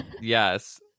yes